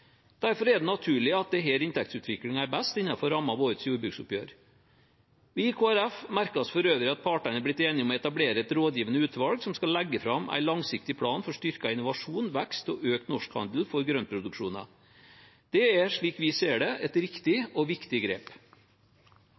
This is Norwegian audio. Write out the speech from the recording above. Derfor er det naturlig at det er her inntektsutviklingen er best innenfor rammen av årets jordbruksoppgjør. Vi i Kristelig Folkeparti merker oss for øvrig at partene er blitt enige om å etablere et rådgivende utvalg som skal legge fram en langsiktig plan for styrket innovasjon, vekst og økt norsk handel for grøntproduksjoner. Det er, slik vi ser det, et riktig og viktig grep.